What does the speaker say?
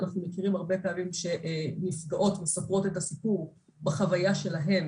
אנחנו מכירים הרבה פעמים שנפגעות מספרות את הסיפור בחוויה שלהן